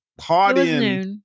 partying